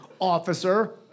officer